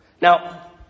Now